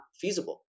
feasible